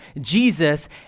Jesus